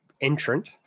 entrant